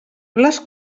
les